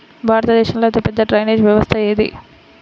భారతదేశంలో అతిపెద్ద డ్రైనేజీ వ్యవస్థ ఏది?